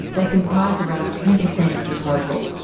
they comprise around ten percent of the total.